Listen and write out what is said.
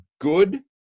good